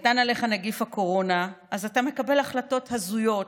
קטן עליך נגיף הקורונה, אז אתה מקבל החלטות הזויות